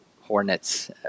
Hornets